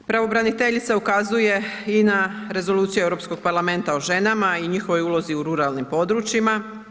Pravobraniteljica ukazuje i na rezoluciju Europskog parlamenta o ženama i njihovoj ulozi u ruralnim područjima.